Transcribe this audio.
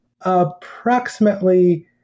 Approximately